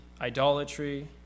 idolatry